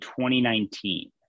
2019